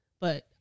But-